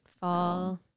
Fall